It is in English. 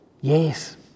yes